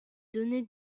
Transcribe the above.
données